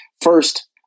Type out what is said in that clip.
First